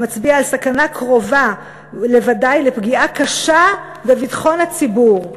המצביע על סכנה קרובה לוודאי לפגיעה קשה בביטחון הציבור.